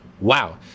wow